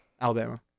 Alabama